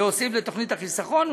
להוסיף לתוכנית החיסכון.